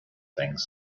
things